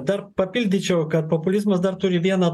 dar papildyčiau kad populizmas dar turi vieną